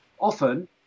often